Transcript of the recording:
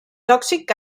tòxic